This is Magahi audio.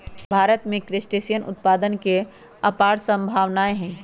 भारत में क्रस्टेशियन उत्पादन के अपार सम्भावनाएँ हई